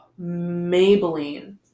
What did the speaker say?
maybelline